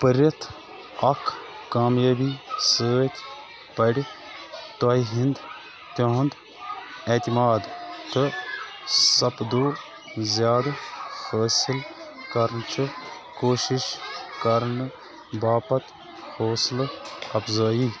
پٔرِتھ اَکھ کامیٲبی سۭتۍ پَرِ تۄہہِ ہٕنٛدۍ تِہُنٛد اعتِماد تہٕ سَپدو زیادٕ حٲصِل كَرنٕچہِ کوٗشِش کَرنہٕ باپتھ حوصلہٕ اَفزٲیی